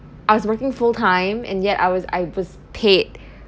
I was working full time and yet I was I was paid